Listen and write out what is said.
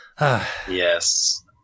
Yes